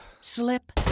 slip